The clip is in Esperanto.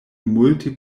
multe